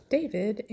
David